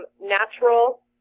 natural